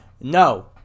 No